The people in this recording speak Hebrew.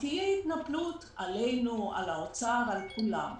תהיה התנפלות עלינו, על האוצר, על כולם.